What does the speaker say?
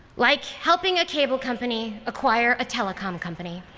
like helping a cable company acquire a telecom company.